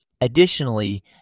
Additionally